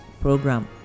program